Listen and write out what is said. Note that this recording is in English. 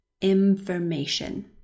information